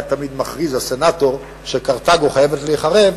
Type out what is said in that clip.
היה תמיד מכריז שקרתגו חייבת להיחרב,